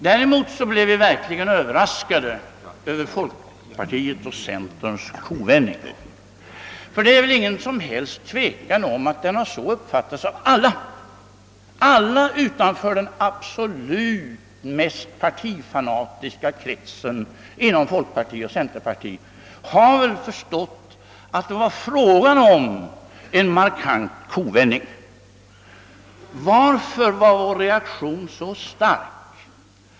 Däremot blev vi verkligen överraskade över folkpartiets och centerpartiets kovändning — ty det är väl inget tvivel om att deras handlande har uppfattats på detta sätt av alla. Alla utanför de allra mest partifanatiska kretsarna inom folkpartiet och centerpartiet har nog förstått att det var fråga om en markant kovändning. Varför blev vår reaktion så stark?